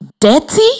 dirty